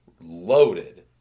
loaded